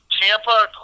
Tampa